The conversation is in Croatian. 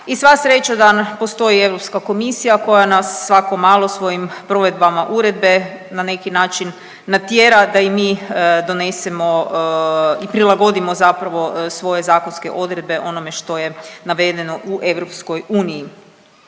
I sva sreća da postoji Europska komisija koja nas svako malo svojim provedbama uredbe na neki način natjera da i mi donesemo i prilagodimo zapravo svoje zakonske odredbe onome što je navedeno u EU.